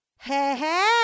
Hey